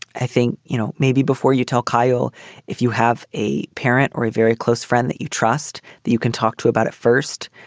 i think, you know, maybe before you tell kyle if you have a parent or a very close friend that you trust that you can talk to about it first,